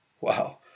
Wow